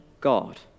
God